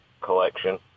collection